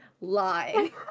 lie